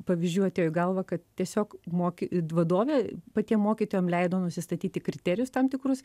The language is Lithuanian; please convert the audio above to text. pavyzdžių atėjo į galvą kad tiesiog moki vadovė patiem mokytojam leido nusistatyti kriterijus tam tikrus